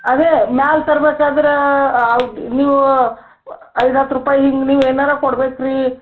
ಅದೇ ಮ್ಯಾಲೆ ತರಬೇಕಾದ್ರೆ ಅವ್ದ್ ನೀವು ಐದು ಹತ್ತು ರೂಪಾಯಿ ಹಿಂಗ್ ನೀವು ಏನಾರೂ ಕೊಡ್ಬೇಕು ರೀ